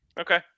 Okay